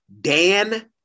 Dan